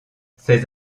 ses